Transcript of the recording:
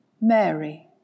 Mary